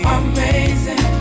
amazing